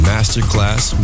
Masterclass